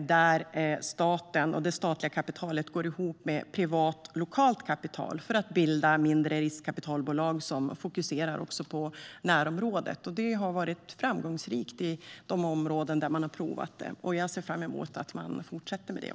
där det statliga kapitalet går ihop med privat lokalt kapital för att bilda mindre riskkapitalbolag som fokuserar på närområdet. Det har varit framgångsrikt i de områden där man har provat detta. Jag ser fram emot att man fortsätter med det.